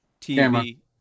TV